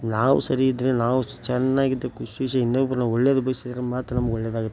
ನಾವು ಸರಿ ಇದ್ದರೆ ನಾವು ಚೆನ್ನಾಗಿದ್ರೆ ಖುಷಿ ಖುಷಿ ಇನ್ನೊಬ್ರನ್ನು ಒಳ್ಳೇದು ಬಯಸಿದ್ರೆ ಮಾತ್ರ ನಮ್ಗೆ ಒಳ್ಳೆದಾಗುತ್ತೆ